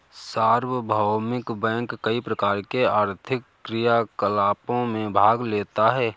सार्वभौमिक बैंक कई प्रकार के आर्थिक क्रियाकलापों में भाग लेता है